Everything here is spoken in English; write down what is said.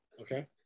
okay